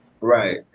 Right